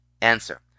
Answer